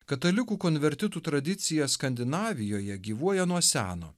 katalikų konvertitų tradicija skandinavijoje gyvuoja nuo seno